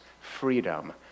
freedom